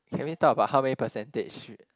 can we talk about how many percentage